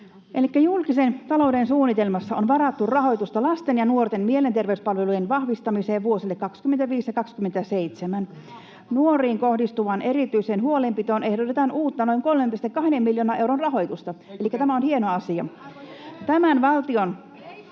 Julkisen talouden suunnitelmassa on varattu rahoitusta lasten ja nuorten mielenterveyspalvelujen vahvistamiseen vuosille 25—27. Nuoriin kohdistuvaan erityiseen huolenpitoon ehdotetaan uutta, noin 3,2 miljoonan euron rahoitusta, elikkä tämä on hieno asia.